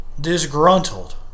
disgruntled